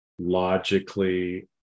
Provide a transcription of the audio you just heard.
logically